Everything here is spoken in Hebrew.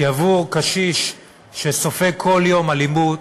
כי עבור קשיש שסופג כל יום אלימות,